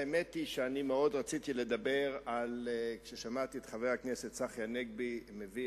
האמת היא שמאוד רציתי לדבר כששמעתי את חבר הכנסת צחי הנגבי מביא